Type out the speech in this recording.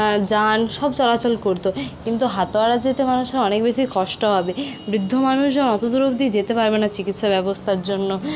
যান সব চলাচল করতো কিন্তু হাতোয়াড়া যেতে মানুষের অনেক বেশি কষ্ট হবে বৃদ্ধ মানুষজন অত দূর অবধি যেতে পারবে না চিকিৎসা ব্যবস্থার জন্য